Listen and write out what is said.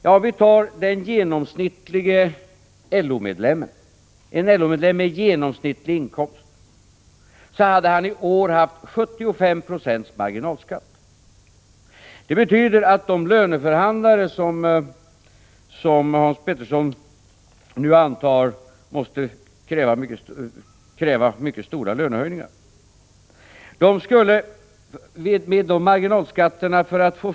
Tar vi då exemplet med en LO-medlem med genomsnittlig inkomst, finner vi att han i år hade haft 75 76 marginalskatt. Det skulle betyda att löneförhandlarna, som Hans Petersson nu antar, skulle ha varit tvungna att kräva mycket stora lönehöjningar. För att få en löneförbättring på 1 kr.